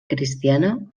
cristiana